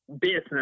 business